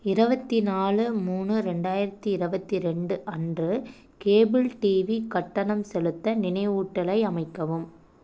இருபத்தி நாலு மூணு ரெண்டாயிரத்தி இருபத்தி ரெண்டு அன்று கேபிள் டிவி கட்டணம் செலுத்த நினைவூட்டலை அமைக்கவும்